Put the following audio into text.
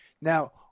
Now